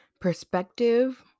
perspective